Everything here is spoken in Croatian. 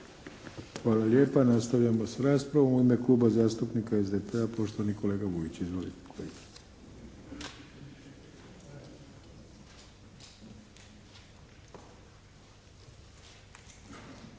Hvala lijepa. Nastavljamo s raspravom. U ime Kluba zastupnika SDP-a poštovani kolega Vujić.